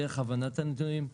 דרך הבנת הנתונים,